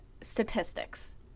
statistics